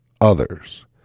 others